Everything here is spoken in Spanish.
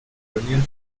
colonial